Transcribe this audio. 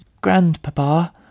Grandpapa